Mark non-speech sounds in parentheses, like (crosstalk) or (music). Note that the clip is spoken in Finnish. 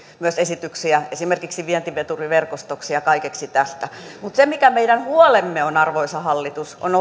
myös esityksiä esimerkiksi vientiveturiverkostosta ja kaikesta tästä mutta se mikä meidän huolemme on ollut arvoisa hallitus on (unintelligible)